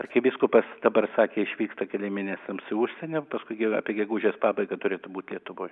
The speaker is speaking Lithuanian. arkivyskupas dabar sakė išvyksta keliem mėnesiams į užsienį paskui gi apie gegužės pabaigą turėtų būt lietuvoj